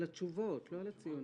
על התשובות לא על הציונים.